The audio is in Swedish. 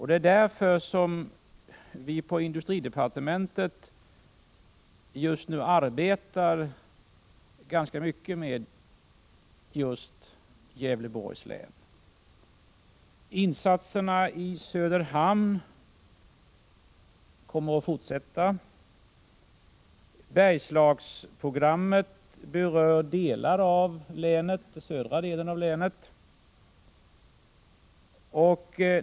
Det är därför som vi på | industridepartementet nu arbetar ganska mycket med just Gävleborgs län. | Insatserna i Söderhamn kommer att fortsätta. Bergslagsprogrammet berör den södra delen av länet.